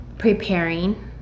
Preparing